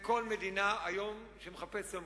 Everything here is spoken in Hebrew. וכל מדינה שהיום מחפשת כסף,